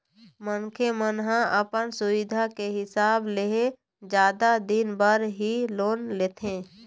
मनखे मन ह अपन सुबिधा के हिसाब ले जादा दिन बर ही लोन लेथे